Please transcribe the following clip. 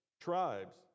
tribes